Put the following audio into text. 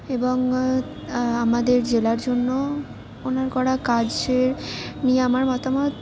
এবং আমাদের জেলার জন্য ওনার করা কাজের নিয়ে আমার মতামত